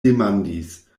demandis